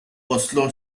oslo